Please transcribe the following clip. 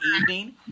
evening